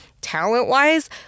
talent-wise